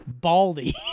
Baldy